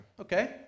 Okay